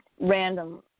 random